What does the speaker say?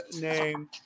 name